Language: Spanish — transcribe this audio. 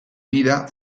vida